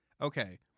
Okay